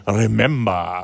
remember